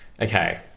Okay